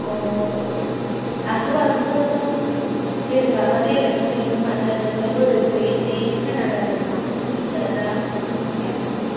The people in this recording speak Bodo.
अ' आंथ' गाइखेरखौ जेरै माबादों एरैनो हैयोमोन मादै आमफ्राय बोरै बोरैहाय बिदि फाइना जादों आंबोथ' मिथिया दा आंथ' बुंनो हायाना मादै